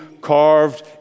carved